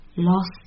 Lost